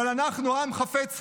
אבל אנחנו עם חפץ חיים,